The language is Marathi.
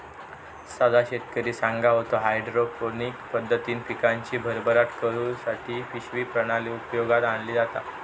सदा शेतकरी सांगा होतो, हायड्रोपोनिक पद्धतीन पिकांची भरभराट करुसाठी पिशवी प्रणाली उपयोगात आणली जाता